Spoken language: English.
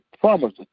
promise